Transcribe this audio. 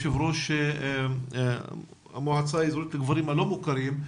יושב ראש המועצה האזורית לכפרים לא מוכרים.